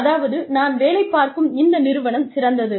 அதாவது நான் வேலை பார்க்கும் இந்த நிறுவனம் சிறந்தது